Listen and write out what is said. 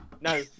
No